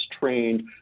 trained